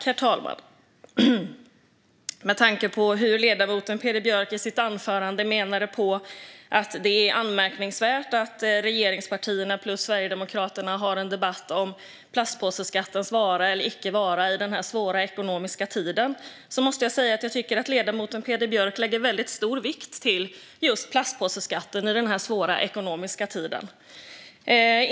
Herr talman! Med tanke på att ledamoten Peder Björk i sitt anförande menade att det var anmärkningsvärt att regeringspartierna plus Sverigedemokraterna hade en debatt om plastpåseskattens vara eller icke vara i den här svåra ekonomiska tiden måste jag säga att jag tycker att ledamoten Peder Björk lägger väldigt stor vikt vid just plastpåseskatten i den här svåra ekonomiska tiden.